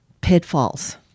pitfalls